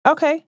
Okay